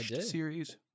series